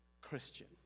Christian